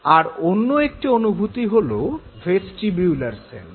অন্য আর একটি অনুভূতি হল ভেস্টিবিউলার সেন্স